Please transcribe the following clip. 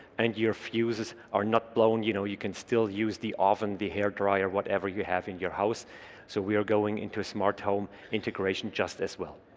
and your fuses are not blown you know you can still use the oven the hairdryer whatever you have in your house so we are going into a smart home integration just as well